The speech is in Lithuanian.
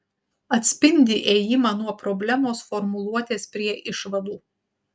atspindi ėjimą nuo problemos formuluotės prie išvadų